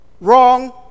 Wrong